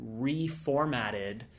reformatted